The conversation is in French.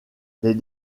les